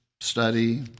study